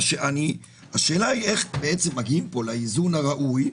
השאלה היא איך מגיעים פה לאיזון הראוי,